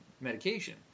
medication